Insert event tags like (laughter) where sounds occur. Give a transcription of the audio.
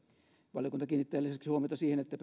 valiokunta kiinnittää lisäksi huomiota siihen että (unintelligible)